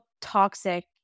toxic